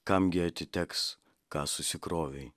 kam gi atiteks ką susikrovei